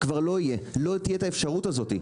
לא תהיה את האפשרות הזאת.